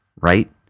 right